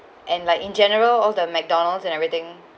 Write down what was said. and like in general all the McDonald's and everything